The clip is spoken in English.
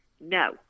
No